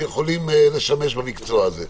שיכולים לשמש במקצוע הזה.